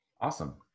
Awesome